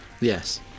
Yes